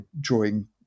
drawing